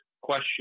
question